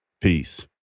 Peace